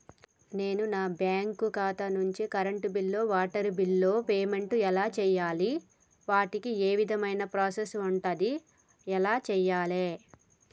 నేను నా బ్యాంకు ఖాతా నుంచి కరెంట్ బిల్లో వాటర్ బిల్లో పేమెంట్ ఎలా చేయాలి? వాటికి ఏ విధమైన ప్రాసెస్ ఉంటది? ఎలా చేయాలే?